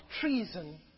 treason